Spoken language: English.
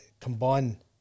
combine